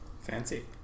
Fancy